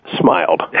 smiled